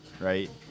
right